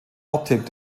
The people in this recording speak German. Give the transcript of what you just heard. optik